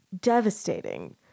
devastating